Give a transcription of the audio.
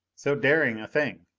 so daring a thing!